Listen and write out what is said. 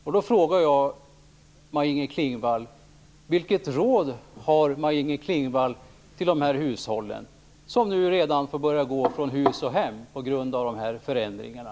Jag vill fråga Maj Inger Klingvall: Vilket råd har Maj-Inger Klingvall till de här hushållen, som redan får börja gå från hus och hem på grund av de här förändringarna?